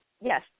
Yes